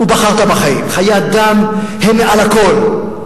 "ובחרת בחיים" חיי אדם הם מעל לכול.